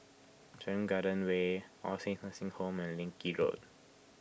Serangoon Garden Way All Saints Nursing Home and Leng Kee Road